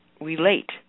relate